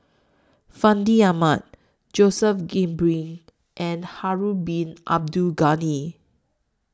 Fandi Ahmad Joseph Grimberg and Harun Bin Abdul Ghani